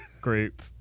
group